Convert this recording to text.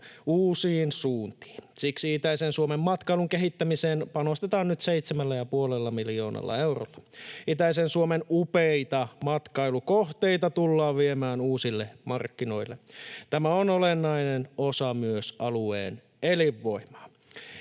uusiin suuntiin. Siksi itäisen Suomen matkailun kehittämiseen panostetaan nyt 7,5 miljoonalla eurolla. Itäisen Suomen upeita matkailukohteita tullaan viemään uusille markkinoille. Tämä on olennainen osa myös alueen elinvoimaa.